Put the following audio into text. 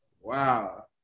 Wow